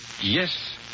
Yes